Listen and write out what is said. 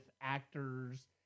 actors